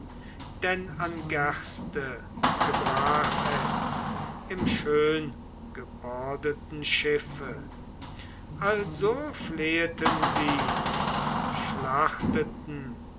denn an gerste gebrach es im schöngebordeten schiffe also fleheten sie und schlachteten